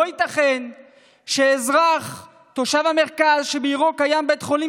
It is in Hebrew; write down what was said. לא ייתכן שאזרח תושב המרכז שבעירו קיים בית חולים